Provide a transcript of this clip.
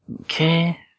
Okay